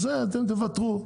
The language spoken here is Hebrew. אז אתם תוותרו.